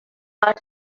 art